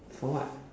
for what